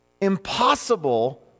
impossible